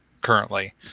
currently